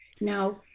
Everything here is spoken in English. Now